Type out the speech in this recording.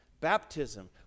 Baptism